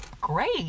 great